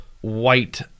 white